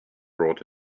brought